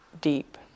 deep